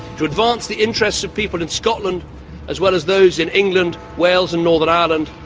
to advance the interests of people in scotland as well as those in england, wales and northern ireland,